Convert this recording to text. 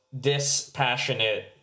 dispassionate